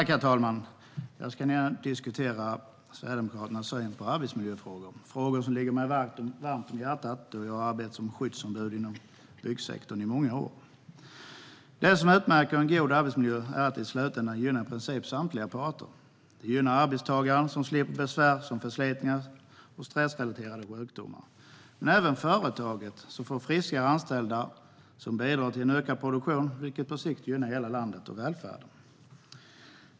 Herr talman! Jag ska redogöra för Sverigedemokraternas syn på arbetsmiljöfrågor - frågor som ligger mig varmt om hjärtat då jag arbetat som skyddsombud inom byggsektorn i många år. Det som utmärker en god arbetsmiljö är att det i slutändan gynnar i princip samtliga parter. Det gynnar arbetstagaren som slipper besvär som förslitningar och stressrelaterade sjukdomar, men det gynnar även företaget som får friskare anställda som bidrar till en ökad produktion, vilket i princip gynnar hela landet och välfärden.